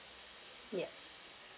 ya